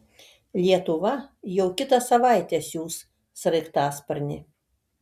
lietuva jau kitą savaitę siųs sraigtasparnį